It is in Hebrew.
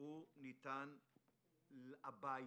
ניתנים הביתה.